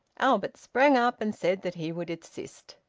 albert sprang up, and said that he would assist.